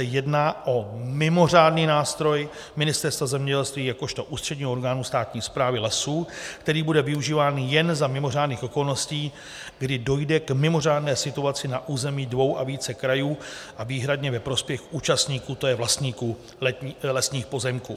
Jedná se o mimořádný nástroj Ministerstva zemědělství jakožto ústředního orgánu státní správy lesů, který bude využíván jen za mimořádných okolností, kdy dojde k mimořádné situaci na území dvou a více krajů, a výhradně ve prospěch účastníků, to je vlastníků lesních pozemků.